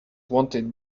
wanted